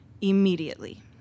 immediately